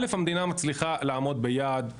א'- המדינה מצליחה לעמוד ביעד מדיד,